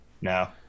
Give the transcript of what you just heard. No